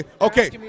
okay